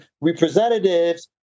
representatives